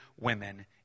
women